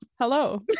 hello